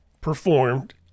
performed